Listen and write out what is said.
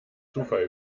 zufall